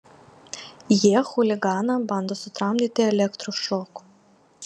jie chuliganą bando sutramdyti elektros šoku